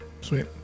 Sweet